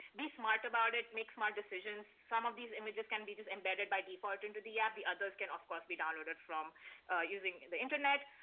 be smart about it, make smart decisions. some of these images can be just embedded by default into the app, the others can of course be downloaded using the internet.